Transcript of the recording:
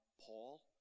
Paul